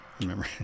remember